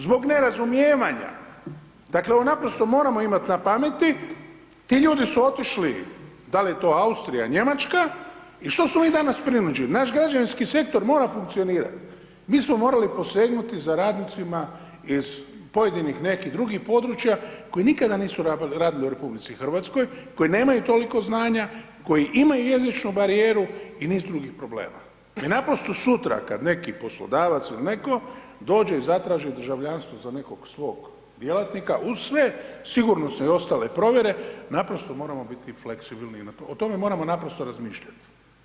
Zbog nerazumijevanja, dakle ovo naprosto moramo pameti, ti ljudi su otišli da li je to Austrija, Njemačka i što su oni danas prinuđeni, naš građevinski sektor mora funkcionirati, mi smo morali posegnuti za radnicima iz pojedinih nekih drugih područja koji nikada nisu radili u RH, koji nemaju toliko znanja, koji imaju jezičnu barijeru i niz drugih problema, jer naprosto sutra kad neki poslodavac ili neko dođe i zatraži državljanstvo za nekog svog djelatnika uz sve sigurnosne i ostale provjere naprosto moramo biti fleksibilni, o tome moramo naprosto razmišljati.